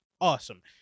awesome